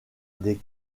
des